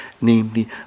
namely